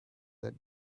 that